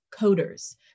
coders